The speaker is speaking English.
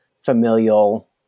familial